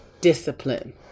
Discipline